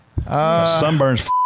Sunburns